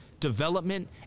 development